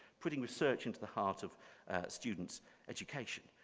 putting research into the heart of student's education.